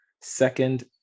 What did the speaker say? Second